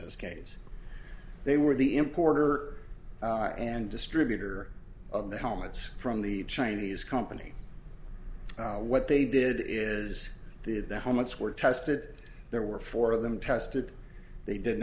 this case they were the importer and distributor of the helmets from the chinese company what they did is the the how much were tested there were four of them tested they did